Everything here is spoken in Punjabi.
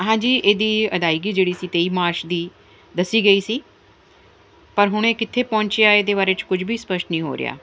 ਹਾਂਜੀ ਇਹਦੀ ਅਦਾਇਗੀ ਜਿਹੜੀ ਸੀ ਤੇਈ ਮਾਰਚ ਦੀ ਦੱਸੀ ਗਈ ਸੀ ਪਰ ਹੁਣ ਇਹ ਕਿੱਥੇ ਪਹੁੰਚਿਆ ਇਹਦੇ ਬਾਰੇ ਚ ਕੁਝ ਵੀ ਸਪਸ਼ਟ ਨਹੀਂ ਹੋ ਰਿਹਾ